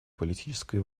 политической